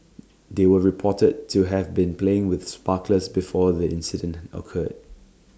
they were reported to have been playing with sparklers before the incident occurred